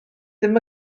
ddim